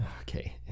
Okay